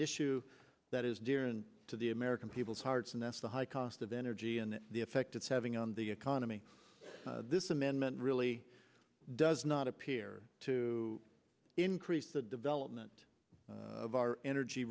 issue that is near and to the american people's hearts and that's the high cost of energy and the effect it's having on the economy this amendment really does not appear to increase the development of our energy